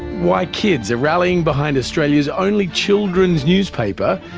why kids are rallying behind australia's only children's newspaper.